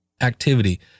activity